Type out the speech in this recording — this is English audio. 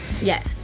Yes